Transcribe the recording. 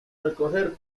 recoger